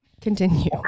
continue